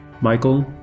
Michael